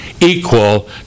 equal